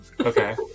Okay